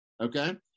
Okay